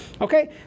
Okay